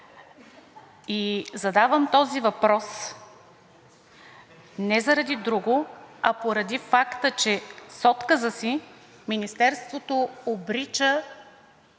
И задавам този въпрос не заради друго, а поради факта, че с отказа си Министерството обрича